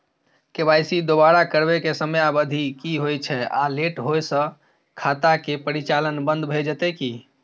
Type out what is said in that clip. KYC दोबारा करबै के समयावधि की होय छै आ लेट होय स खाता के परिचालन बन्द भ जेतै की?